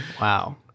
Wow